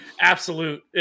absolute